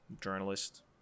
journalist